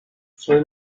fue